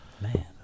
man